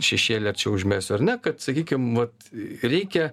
šešėlio čia užmesiu ar ne kad sakykim vat reikia